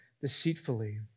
deceitfully